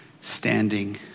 standing